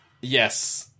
Yes